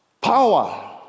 Power